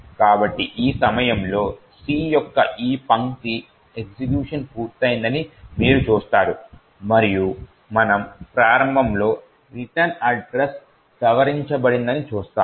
కాబట్టి ఈ సమయంలో C యొక్క ఈ పంక్తి ఎగ్జిక్యూషన్ పూర్తయిందని మీరు చూస్తారు మరియు మనము ప్రారంభంలో రిటర్న్ అడ్రస్ సవరించబడిందని చూస్తాము